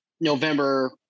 November